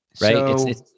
right